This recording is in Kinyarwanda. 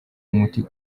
umuti